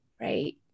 right